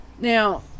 Now